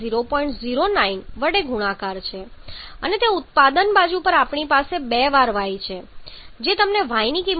09 વડે ગુણાકાર છે અને તે ઉત્પાદન બાજુ પર આપણી પાસે બે વાર y છે જે તમને y ની કિંમત 1